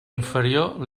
inferior